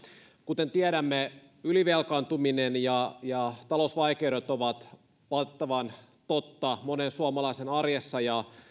kuten tiedämme ylivelkaantuminen ja ja talousvaikeudet ovat valitettavan totta monen suomalaisen arjessa ja